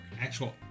actual